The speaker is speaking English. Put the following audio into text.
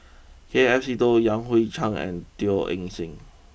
K F Seetoh Yan Hui Chang and Teo Eng Seng